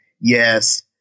yes